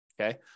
okay